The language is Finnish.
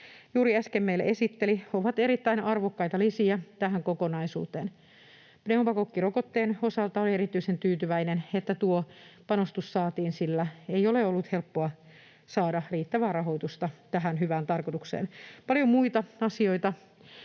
juuri äsken meille esitteli, ovat erittäin arvokkaita lisiä tähän kokonaisuuteen. Pneumokokkirokotteen osalta olen erityisen tyytyväinen, että tuo panostus saatiin, sillä ei ole ollut helppoa saada riittävää rahoitusta tähän hyvään tarkoitukseen. Myös paljon muita asioita